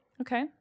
Okay